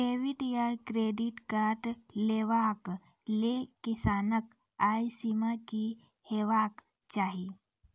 Debit या credit card लेवाक लेल किसानक आय सीमा की हेवाक चाही?